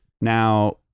Now-